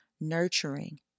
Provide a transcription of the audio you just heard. nurturing